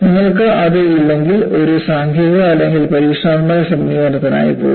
നിങ്ങൾക്ക് അത് ഇല്ലെങ്കിൽ ഒരു സാംഖിക അല്ലെങ്കിൽ പരീക്ഷണാത്മക സമീപനത്തിനായി പോകുക